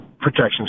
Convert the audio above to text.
protection